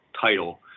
title